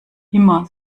immer